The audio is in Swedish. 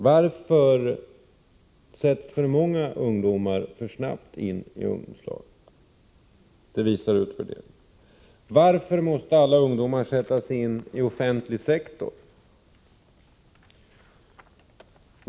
Varför sätts för många ungdomar för snabbt in i ungdomslagen? Att så är fallet visar utvärderingen.